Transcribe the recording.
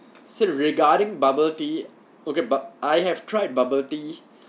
so regarding bubble tea okay but I have tried bubble tea